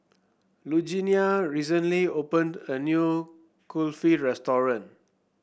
Lugenia recently opened a new Kulfi restaurant